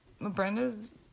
Brenda's